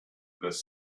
this